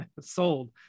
sold